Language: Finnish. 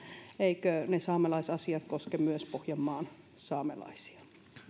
eivätkö ne koske myös pohjanmaan saamelaisia